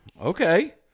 Okay